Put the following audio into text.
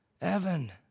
Evan